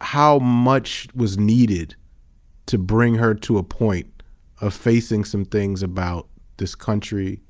how much was needed to bring her to a point of facing some things about this country